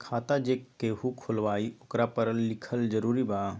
खाता जे केहु खुलवाई ओकरा परल लिखल जरूरी वा?